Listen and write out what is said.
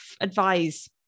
advise